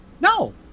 No